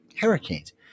hurricanes